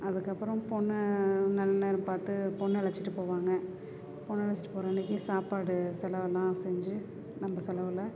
அதுக்கப்புறம் பொண்ணை நல்ல நேரம் பார்த்து பொண்ணை அழைச்சுட்டுப் போவாங்க பொண்ணை அழைச்சுட்டு போகிற அன்னைக்கு சாப்பாடு செலவெல்லாம் செஞ்சு நம்ம செலவில்